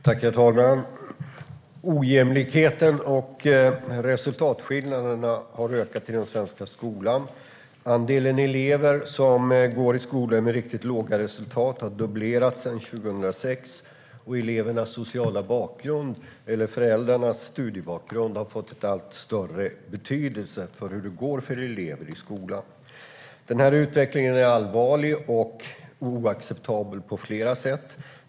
Herr talman! Ojämlikheten och resultatskillnaderna i den svenska skolan har ökat. Andelen elever som går i skolor med riktigt låga resultat har dubblerats sedan 2006, och elevernas sociala bakgrund och föräldrarnas studiebakgrund har fått allt större betydelse för hur det går för elever i skolan. Denna utveckling är allvarlig och på flera sätt oacceptabel.